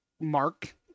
Mark